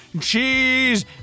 cheese